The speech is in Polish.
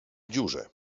dziurze